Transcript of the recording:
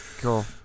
Cool